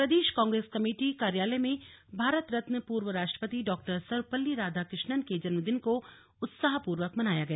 प्रदेश Congress committee कार्यालय में भारत रत्न पूर्व राष्ट्रपति डॉ सर्वपल्ली राधाकृष्णन के जन्मदिन को उत्साहपूर्वक मनाया गया